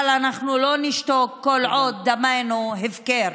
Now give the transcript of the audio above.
אבל אנחנו לא נשתוק כל עוד דמנו הפקר.